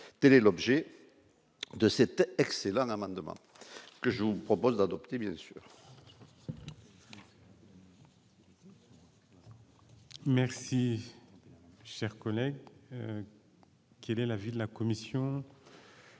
telle est l'objet de cet excellent amendement que je vous propose d'adopter bien sûr. Merci, cher collègue, qui est de l'avis de la commission.